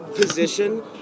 position